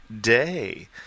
day